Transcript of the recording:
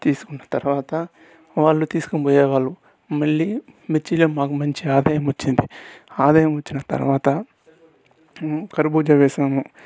అలా తీసుకున్న తర్వాత వాళ్ళు తీసుకుని పోయేవాళ్లు మళ్ళీ మిర్చిలో మాకు బాగా మంచి ఆదాయం వచ్చింది ఆదాయం వచ్చిన తర్వాత కర్బూజ వేసాము